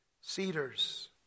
cedars